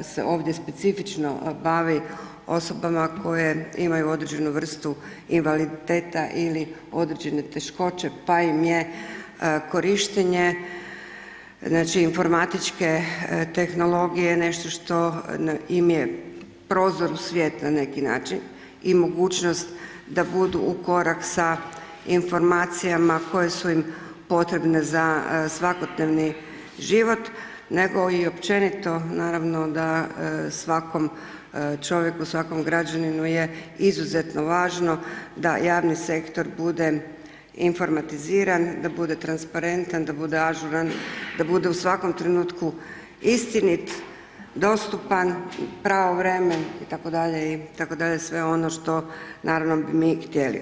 se ovdje specifično bavi osobama koje imaju određenu vrstu invaliditeta ili određenih teškoća, pa im je korištenje informatičke tehnologije, nešto što im je prozor u svijeta na neki način i mogućnost da budu u korak sa informacijama, koje su im potrebne za svakodnevni život, nego i općenito, naravno da svakom čovjeku, svakom građaninu je izuzetno važno, da javni sektor bude informatiziran, da bude transparentan, da bude ažuran, da bude u svakom trenutku istinit, dostupan, pravovremen itd. sve ono što naravno bi mi htjeli.